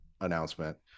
announcement